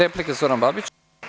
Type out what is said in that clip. Replika, Zoran Babić.